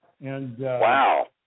Wow